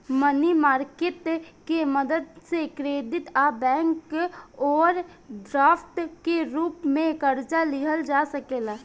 मनी market के मदद से क्रेडिट आ बैंक ओवरड्राफ्ट के रूप में कर्जा लिहल जा सकेला